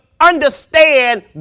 understand